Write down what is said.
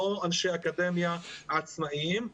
ולא אנשי אקדמיה עצמאיים.